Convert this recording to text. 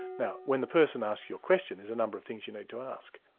now when the person asks you a question, there's a number of things you need to ask.